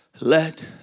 let